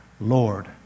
Lord